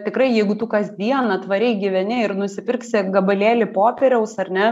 tikrai jeigu tu kas dieną tvariai gyveni ir nusipirksi gabalėlį popieriaus ar ne